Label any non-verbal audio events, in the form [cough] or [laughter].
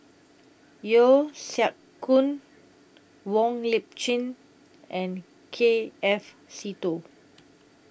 [noise] Yeo Siak Goon Wong Lip Chin and K F Seetoh